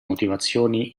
motivazioni